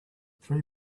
three